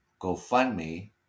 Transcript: GoFundMe